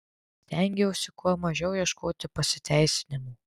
stengiausi kuo mažiau ieškoti pasiteisinimų